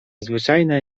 zwyczajne